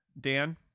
Dan